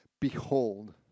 Behold